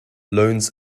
loans